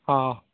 हॅं